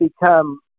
become